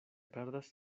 perdas